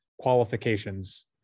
qualifications